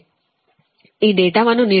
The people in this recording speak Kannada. ಈ ಡೇಟಾವನ್ನು ನೀಡಲಾಗಿರುವುದರಿಂದ ವಾಹಕದ ವ್ಯಾಸವು 1